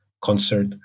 concert